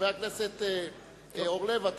חבר הכנסת אורלב,